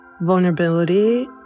vulnerability